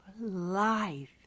life